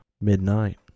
midnight